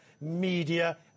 media